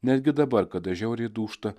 netgi dabar kada žiauriai dūžta